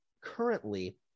currently